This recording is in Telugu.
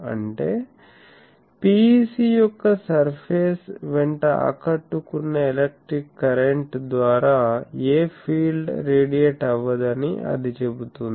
అంటే PEC యొక్క సర్ఫేస్ వెంట ఆకట్టుకున్న ఎలక్ట్రిక్ కరెంట్ ద్వారా ఏ ఫీల్డ్ రేడియేట్ అవ్వదని అది చెబుతుంది